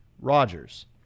Rogers